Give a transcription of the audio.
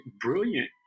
brilliant